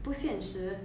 不现实